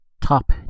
top